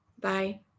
Bye